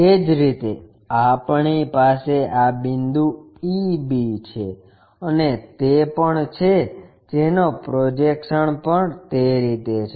એ જ રીતે આપણી પાસે આ બિંદુ e b છે અને તે પણ છે જેનો પ્રોજેક્શન પણ તે રીતે છે